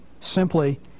simply